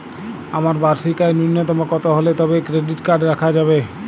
আমার বার্ষিক আয় ন্যুনতম কত হলে তবেই ক্রেডিট কার্ড রাখা যাবে?